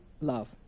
love